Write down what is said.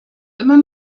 immer